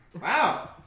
Wow